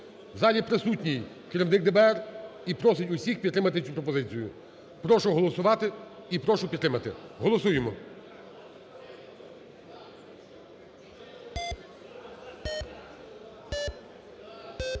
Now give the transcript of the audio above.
залі присутній керівник ДБР і просить всіх підтримати цю пропозицію. Прошу голосувати і прошу підтримати. Голосуємо.